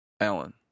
Alan